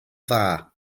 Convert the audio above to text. dda